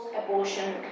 abortion